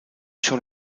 sur